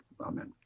Amen